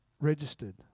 registered